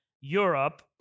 Europe